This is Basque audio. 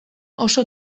oso